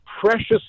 precious